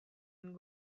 and